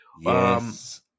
Yes